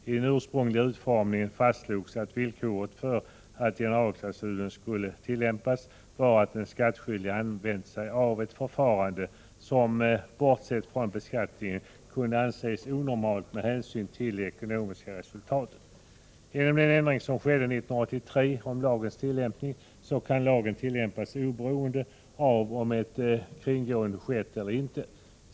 I den ursprungliga utformningen fastslogs att villkoret för att generalklausulen skall tillämpas var att den skattskyldige använt sig av ett förfarande som — bortsett från beskattningen — kunde anses onormalt med hänsyn till det ekonomiska resultatet. Genom en ändring år 1983 av lagens tillämpning kan lagen tillämpas oberoende av om ett kringgående skett eller inte.